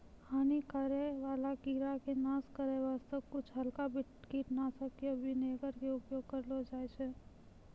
हानि करै वाला कीड़ा के नाश करै वास्तॅ कुछ हल्का कीटनाशक या विनेगर के उपयोग करलो जाय छै